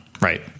right